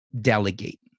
delegate